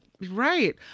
Right